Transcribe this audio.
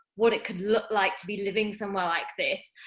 what it could look like to be living somewhere like this,